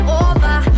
over